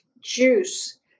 juice